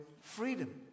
freedom